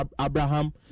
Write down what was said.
Abraham